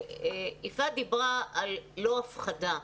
יפעת דיברה על לא הפחדה.